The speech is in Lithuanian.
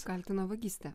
kaltino vagyste